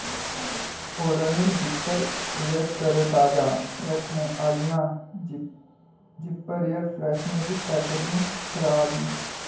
Odonil zipper air तरोताजा रक्खने आह्लियां दी पैकेजिंग खराब ही